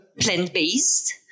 plant-based